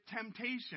temptation